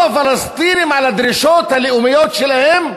הפלסטינים על הדרישות הלאומיות שלהם,